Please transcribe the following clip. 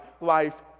life